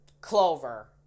Clover